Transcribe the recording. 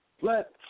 let